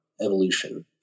evolution